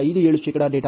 57 ಶೇಕಡಾ ಡೇಟಾ